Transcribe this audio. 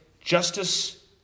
justice